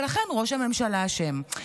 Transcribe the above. ולכן ראש הממשלה אשם.